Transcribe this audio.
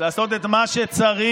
לעשות את מה שצריך,